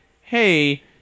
Hey